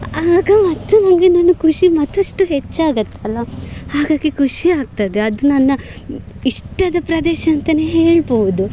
ಆಗ ಮತ್ತು ನನಗೆ ನನ್ನ ಖುಷಿ ಮತ್ತಷ್ಟು ಹೆಚ್ಚಾಗುತ್ತಲ್ಲ ಹಾಗಾಗಿ ಖುಷಿ ಆಗ್ತದೆ ಅದು ನನ್ನ ಇಷ್ಟದ ಪ್ರದೇಶ ಅಂತಲೇ ಹೇಳ್ಬೋದು